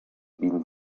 been